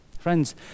Friends